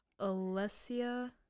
Alessia